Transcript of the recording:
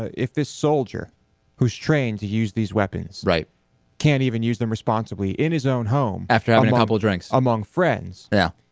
if this soldier restraint to use these weapons right can even use the responsibly in his own home bathroom um and wobbled ranks among friends yeah